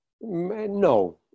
No